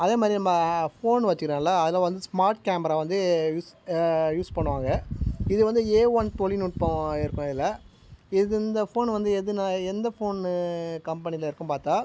அதே மாதிரி நம்ம ஃபோன் வச்சிக்கிறோல அதில் வந்து ஸ்மார்ட் கேமரா வந்து யூஸ் யூஸ் பண்ணுவாங்க இது வந்து ஏ ஒன் தொழில்நுட்பம் இருக்கும் இதில் இது இந்த ஃபோனு வந்து எதுன எந்த ஃபோனு கம்பெனியில் இருக்கும் பார்த்தா